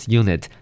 unit